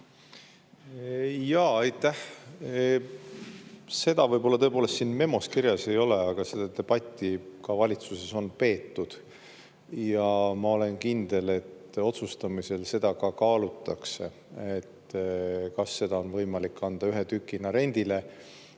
nõus. Aitäh! Seda tõepoolest siin memos kirjas ei ole, aga seda debatti valitsuses on peetud. Ja ma olen kindel, et otsustamisel kaalutakse, kas seda on võimalik anda ühe tükina rendile,